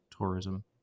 tourism